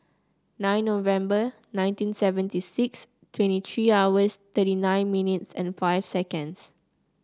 nine November nineteen seventy six twenty three hours thirty nine minutes and five seconds